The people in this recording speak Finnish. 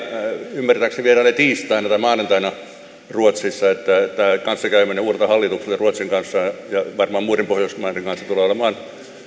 ymmärtääkseni vierailee tiistaina tai maanantaina ruotsissa niin että kanssakäyminen uudella hallituksella ruotsin kanssa ja varmaan muiden pohjoismaiden kanssa tulee olemaan